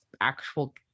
actual